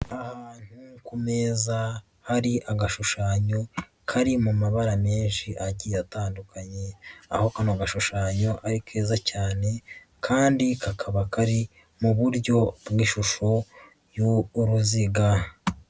Ahantu ku meza hari agashushanyo, kari mu mabara menshi agiye atandukanye, aho gashushanyo ari keza cyane, kandi kakaba kari mu buryo bw'ishusho y'uruziga.